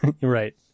Right